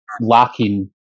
lacking